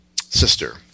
sister